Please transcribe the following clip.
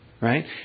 Right